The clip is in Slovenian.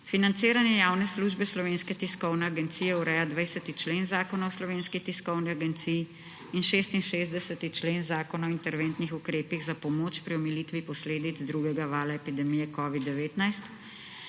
Financiranje javne službe Slovenska tiskovna agencije ureja 20. člen Zakona o Slovenski tiskovni agenciji in 66. člen Zakona o interventnih ukrepih za pomoč pri omilitvi posledic drugega vala epidemije COVID-19,